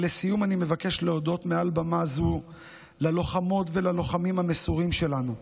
לסיום אני מבקש להודות מעל במה זו ללוחמות וללוחמים המסורים שלנו.